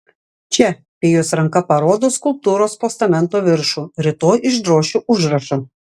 čia pijus ranka parodo skulptūros postamento viršų rytoj išdrošiu užrašą